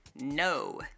No